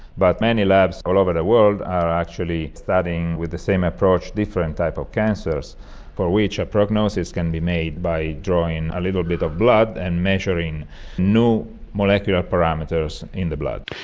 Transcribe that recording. but many labs all over the world are actually studying with the same approach different types of cancers but which a prognosis can be made by drawing a little bit of blood and measuring new molecular parameters in the blood.